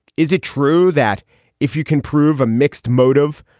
is it true that if you can prove a mixed motive,